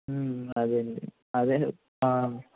అదే అండి అదే ఆ